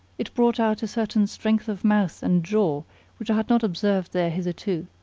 it brought out a certain strength of mouth and jaw which i had not observed there hitherto.